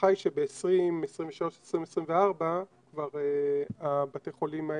ההערכה היא שב-2024-2023 כבר בתי החולים,